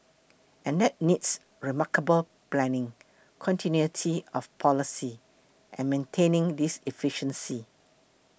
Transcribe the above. and that needs remarkable planning continuity of policy and maintaining this efficiency